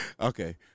Okay